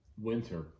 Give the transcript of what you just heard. Winter